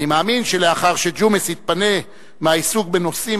אני מאמין שלאחר שג'ומס יתפנה מהעיסוק בנושאים